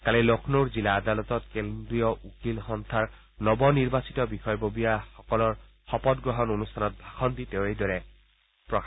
কালি লক্ষ্ণৌৰ জিলা আদালতত কেন্দ্ৰীয় উকীল সংস্থাৰ নৱ নিৰ্বাচিত বিষয়ববীয়াসকলৰ শপত গ্ৰহণ অনুষ্ঠানত ভাষণ দি তেওঁ এইদৰে কয়